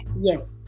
Yes